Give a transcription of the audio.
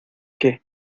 qué